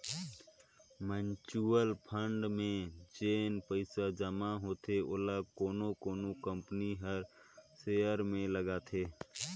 mutual fund में जेन पइसा जमा होथे ओला कोनो कोनो कंपनी कर सेयर में लगाथे